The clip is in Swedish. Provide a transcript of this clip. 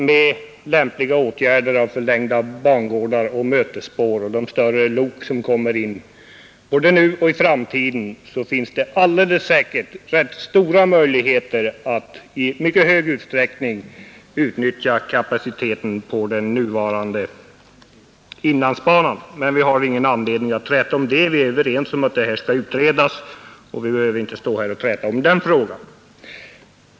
Med lämpliga åtgärder — förlängda bangårdar, mötesspår och de större lok som kommer — finns det alldeles säkert både nu och i framtiden rätt stora möjligheter att i mycket stor utsträckning utnyttja kapaciteten på den nuvarande inlandsbanan. Men vi har ingen anledning att träta om det. Vi är överens om att det här skall utredas, så vi behöver inte stå här och träta om den frågan.